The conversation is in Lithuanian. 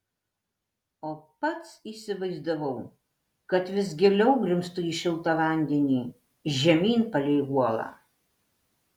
o pats įsivaizdavau kad vis giliau grimztu į šiltą vandenį žemyn palei uolą